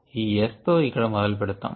ఈ S తో ఇక్కడ మొదలు పెడదాము